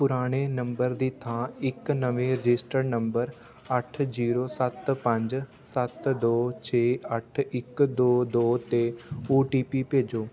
ਪੁਰਾਣੇ ਨੰਬਰ ਦੀ ਥਾਂ ਇੱਕ ਨਵੇਂ ਰਜਿਸਟਰਡ ਨੰਬਰ ਅੱਠ ਜੀਰੋ ਸੱਤ ਪੰਜ ਸੱਤ ਦੋ ਛੇ ਅੱਠ ਇੱਕ ਦੋ ਦੋ 'ਤੇ ਓ ਟੀ ਪੀ ਭੇਜੋ